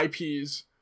IPs